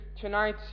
tonight